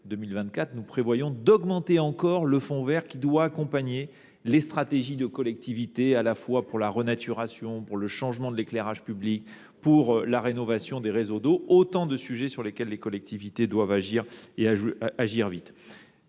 nous prévoyons d’augmenter encore la dotation du fonds vert, qui doit accompagner les stratégies des collectivités concernant la renaturation, le changement de l’éclairage public ou la rénovation des réseaux d’eau : autant de sujets sur lesquels les collectivités doivent agir, et vite.